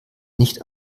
nicht